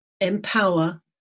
empower